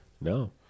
No